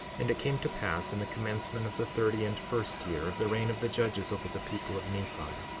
and it came to pass in the commencement of the thirty and first year of the reign of the judges over the people of nephi,